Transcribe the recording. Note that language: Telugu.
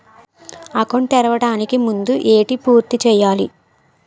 అకౌంట్ తెరవడానికి ముందు ఏంటి పూర్తి చేయాలి?